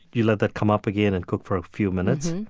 you let that come up again and cook for a few minutes.